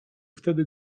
wtedy